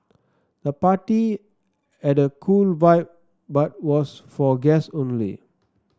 the party had a cool vibe but was for guests only